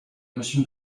émotion